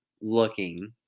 looking